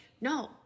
no